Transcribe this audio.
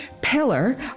pillar